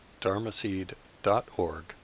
dharmaseed.org